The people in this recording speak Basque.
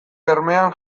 bermean